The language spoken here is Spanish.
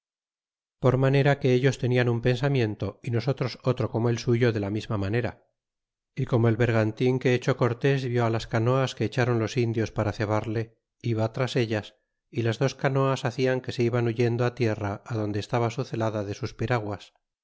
por manera que ellos tenian un pensamiento y nosotros otro como el suyo de la misma manera y como el bergantin que echó cortes vie á las canoas que echáron los indios para cebarle iba tras ellas y las dos canoas hacian que se iban huyendo á tierra adonde estaba su zelada de sus piraguas